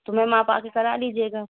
تو میم آپ آکے کرا لیجیے گا